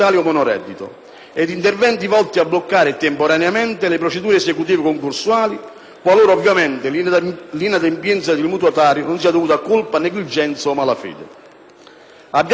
qualora l'inadempienza di un mutuatario non sia dovuta a colpa, negligenza o malafede. Abbiamo chiesto altresì un monitoraggio sistematico della situazione del patrimonio abitativo pubblico,